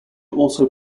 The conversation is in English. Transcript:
also